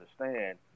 understand